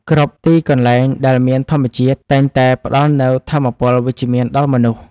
គ្រប់ទីកន្លែងដែលមានធម្មជាតិ តែងតែផ្តល់នូវថាមពលវិជ្ជមានដល់មនុស្ស។